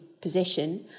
position